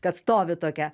kad stovi tokia